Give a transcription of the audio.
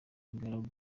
ingaragu